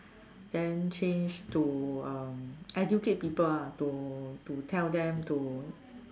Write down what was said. then change to uh educate people ah to to tell them to